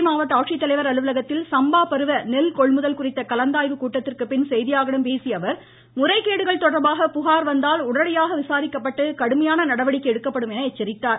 தஞ்சை மாவட்ட ஆட்சித்தலைவர் அலுவலகத்தில் சம்பா பருவ நெல் கொள்முதல் குறித்த கலந்தாய்வு கூட்டத்திற்கு பின் செய்தியாளர்களிடம் பேசிய அவர் முறைகேடுகள் தொடர்பாக புகார் வந்தால் உடனடியாக விசாரிக்கப்பட்டு கடுமையான நடவடிக்கை எடுக்கப்படும் என எச்சரித்தார்